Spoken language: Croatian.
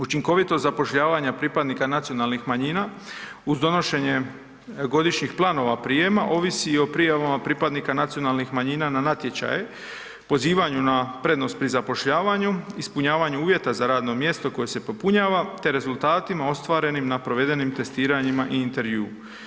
Učinkovito zapošljavanje pripadnika nacionalnih manjina uz donošenje godišnjih planova prijema ovisi o prijavama pripadnika nacionalnih manjina na natječaje, pozivanju na prednost pri zapošljavanju, ispunjavanju uvjeta za radno mjesto koje se popunjava te rezultatima ostvarenim na provedenim testiranjima i intervjuu.